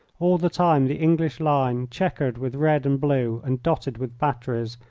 all the time the english line, chequered with red and blue and dotted with batteries,